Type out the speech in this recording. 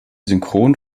synchron